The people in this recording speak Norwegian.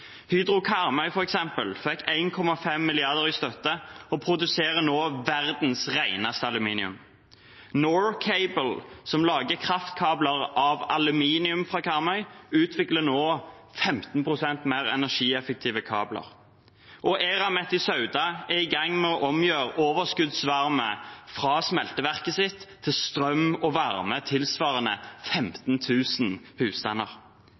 Hydro på Karmøy 1,5 mrd. kr i støtte og produserer nå verdens reneste aluminium. Norcable, som lager kraftkabler av aluminium fra Karmøy, utvikler nå 15 pst. mer energieffektive kabler. Eramet i Sauda er i gang med å omgjøre overskuddsvarme fra smelteverket sitt til strøm og varme tilsvarende